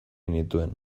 nituen